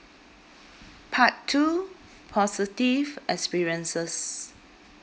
part two positive experiences